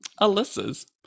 Alyssa's